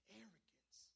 arrogance